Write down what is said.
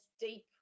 deep